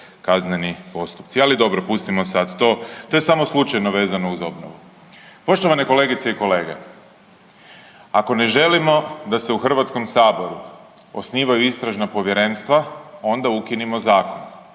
kazneni postupci. Ali dobro, pustimo sada to. To je samo slučajno vezano uz obnovu. Poštovane kolegice i kolege, ako ne želimo da se u Hrvatskom saboru osnivaju istražna povjerenstva onda ukinimo zakon.